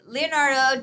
Leonardo